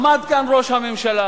עמד כאן ראש הממשלה,